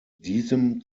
diesem